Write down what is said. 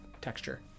texture